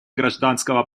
гражданского